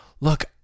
look